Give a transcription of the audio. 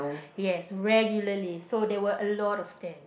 yes regularly so there were a lot of stamp